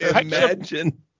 Imagine